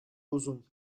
uzun